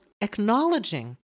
acknowledging